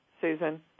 Susan